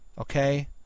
okay